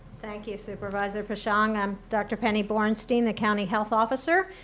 thank you supervisor peschong. i'm dr. penny borenstein, the county health officer.